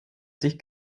sich